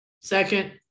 Second